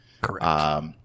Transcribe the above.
Correct